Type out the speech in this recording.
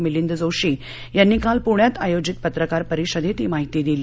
मिलिंद जोशी यांनी काल पूण्यात आयोजित पत्रकार परिषदक्षही माहिती दिली